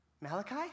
Malachi